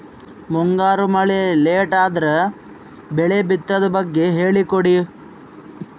ಮುಂಗಾರು ಮಳೆ ಲೇಟ್ ಅದರ ಬೆಳೆ ಬಿತದು ಬಗ್ಗೆ ಹೇಳಿ ಕೊಡಿ?